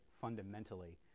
fundamentally